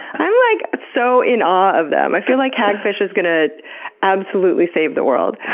i'm like so in awe of them. i feel like hagfish is gonna absolutely save the world.